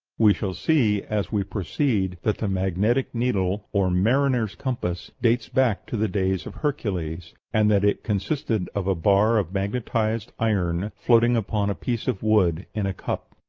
we shall see, as we proceed, that the magnetic needle, or mariner's compass, dates back to the days of hercules, and that it consisted of a bar of magnetized iron floating upon a piece of wood in a cup.